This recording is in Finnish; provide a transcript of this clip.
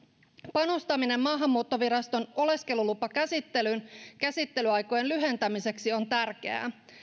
panostaminen maahanmuuttoviraston oleskelulupakäsittelyyn käsittelyaikojen lyhentämiseksi on tärkeää